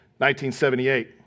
1978